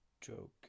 joke